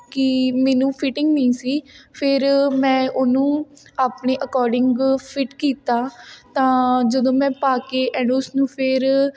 ਕਿ ਮੈਨੂੰ ਫਿਟਿੰਗ ਨਹੀਂ ਸੀ ਫਿਰ ਮੈਂ ਉਹਨੂੰ ਆਪਣੇ ਅਕੋਰਡਿੰਗ ਫਿੱਟ ਕੀਤਾ ਤਾਂ ਜਦੋਂ ਮੈਂ ਪਾ ਕੇ ਐਡ ਉਸ ਨੂੰ ਫਿਰ